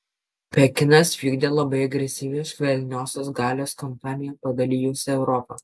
pekinas vykdė labai agresyvią švelniosios galios kampaniją padalijusią europą